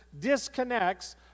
disconnects